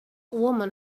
woman